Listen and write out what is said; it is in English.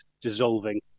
dissolving